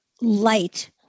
light